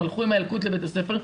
הם הלכו עם הילקוט לבית הספר.